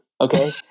okay